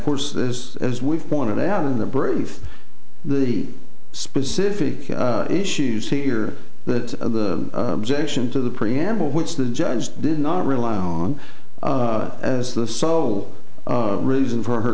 course this as we've pointed out in the brief the specific issues here that the objection to the preamble which the judge did not rely on as the so reason for her